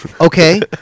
okay